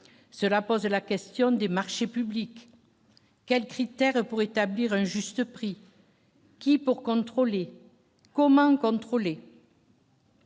cela pose la question des marchés publics, quels critères pour établir un juste prix qui pour contrôler comment contrôler.